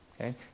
Okay